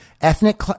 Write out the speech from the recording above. ethnic